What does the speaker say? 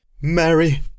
Mary